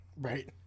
right